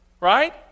right